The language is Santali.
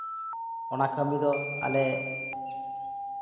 ᱚᱱᱟ ᱠᱟᱹᱢᱤ ᱫᱚ ᱟᱞᱮ